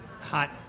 hot